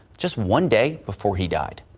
just one day before he died.